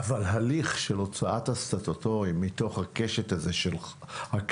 אבל ההליך של הוצאת הסטטוטורי מתוך הקשת שלך,